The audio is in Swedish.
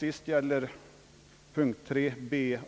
motionens avsnitt 3 b.